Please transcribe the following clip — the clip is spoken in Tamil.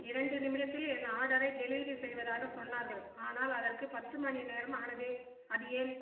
இரண்டு நிமிடத்தில் என் ஆர்டரை டெலிவரி செய்வதாகச் சொன்னார்கள் ஆனால் அதற்கு பத்து மணிநேரம் ஆனதே அது ஏன்